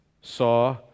saw